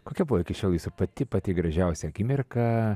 kokia buvo iki šiol jūsų pati pati gražiausia akimirka